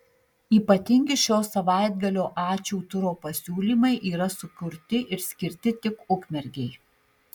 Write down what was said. ypatingi šio savaitgalio ačiū turo pasiūlymai yra sukurti ir skirti tik ukmergei